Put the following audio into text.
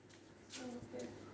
oh okay